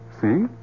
See